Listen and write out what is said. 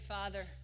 Father